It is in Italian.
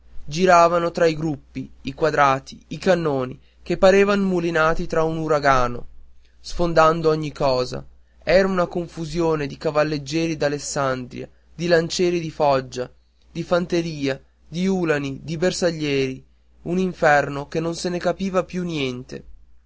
giravano tra i gruppi i quadrati i cannoni che parevan mulinati da un uragano sfondando ogni cosa era una confusione di cavalleggeri d'alessandria di lancieri di foggia di fanteria di ulani di bersaglieri un inferno che non se ne capiva più niente